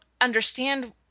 understand